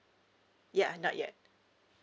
ya not yet